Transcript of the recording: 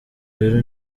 rero